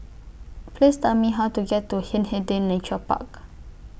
Please Tell Me How to get to Hindhede Nature Park